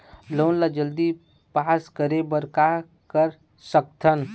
Loan ला जल्दी pass करे बर का कर सकथन?